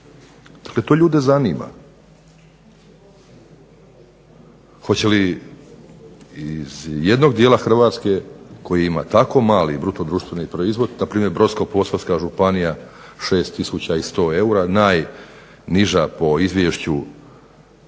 dakle, to ljude zanima. Hoće li iz jednog dijela HRvatske koji ima tako mali bruto društveni proizvod, npr. Brodsko-posavska županija 6 tisuća 100 eura, najniža po izvješću Državnog